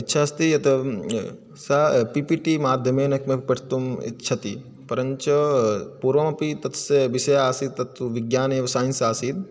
इच्छास्ति यत् सा P P T माध्यमेन किमपि पठितुम् इच्छति परञ्च पूर्वमपि तस्य विषयासीत् तत्तु विज्ञाने एव सैन्स् आसीत्